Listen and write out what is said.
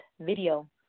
Video